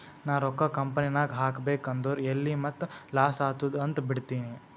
ನಾ ರೊಕ್ಕಾ ಕಂಪನಿನಾಗ್ ಹಾಕಬೇಕ್ ಅಂದುರ್ ಎಲ್ಲಿ ಮತ್ತ್ ಲಾಸ್ ಆತ್ತುದ್ ಅಂತ್ ಬಿಡ್ತೀನಿ